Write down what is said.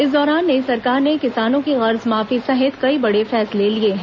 इस दौरान नई सरकार ने किसानों की कर्जमाफी सहित कई बडे फैसले लिए हैं